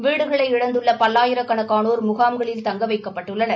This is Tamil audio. வீடுகளை இழந்துள்ள பல்லாயிரக்கணக்கானோர் முகாம்களில் தங்க வைக்கப்பட்டுள்ளனர்